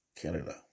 canada